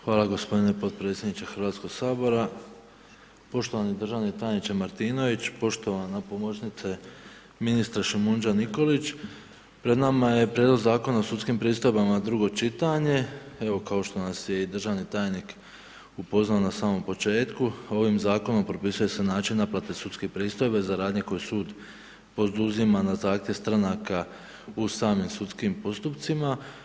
Hvala gospodine podpredsjedniče Hrvatskog sabora, poštovani državni tajniče Martinović, poštovana pomoćnice ministra Šimunđa Nikolić, pred nama je Prijedlog Zakona o sudskim pristojbama, drugo čitanje, evo kao što nas je i državni tajnik upoznao na samom početku, ovim zakonom propisuje se način naplate sudske pristojbe za radnje koje sud poduzima na zahtjev stranaka u samim sudskim postupcima.